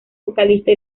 vocalista